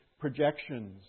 projections